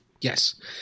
Yes